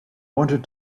wanted